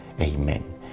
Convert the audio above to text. Amen